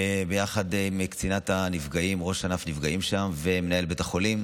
ביחד עם ראש ענף נפגעים שם ומנהל בית החולים.